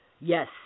Yes